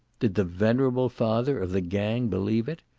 did the venerable father of the gang believe it?